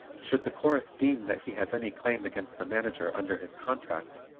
should the chorus deem that he has any claim against the manager under his contract,